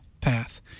path